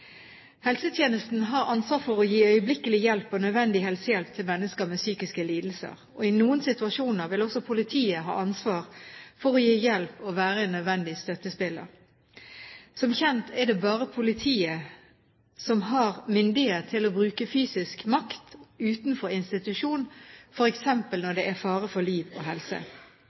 Helsetjenesten har ansvar for å gi øyeblikkelig hjelp og nødvendig helsehjelp til mennesker med psykiske lidelser. I noen situasjoner vil også politiet ha ansvar for å gi hjelp og være en nødvendig støttespiller. Som kjent er det bare politiet som har myndighet til å bruke fysisk makt utenfor institusjon, f.eks. når det er fare for liv og helse.